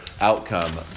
outcome